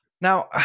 Now